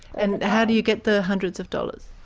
and how do you get the hundreds of dollars?